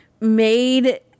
made